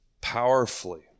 powerfully